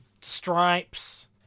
Stripes